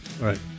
right